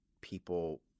people